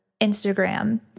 Instagram